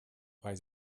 weil